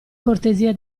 cortesia